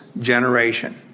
generation